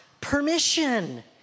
Permission